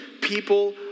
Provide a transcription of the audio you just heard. People